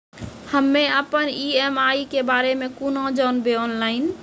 हम्मे अपन ई.एम.आई के बारे मे कूना जानबै, ऑनलाइन?